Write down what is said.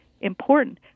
important